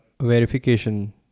verification